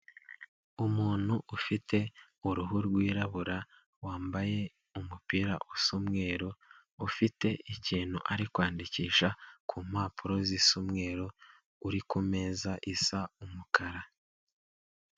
Umuntu ufite uruhu rw'irabura wambaye umupira usa umweru ufite ikintu ari kwandikisha ku mpapuro zisa umweru uri kumeza isa umukara.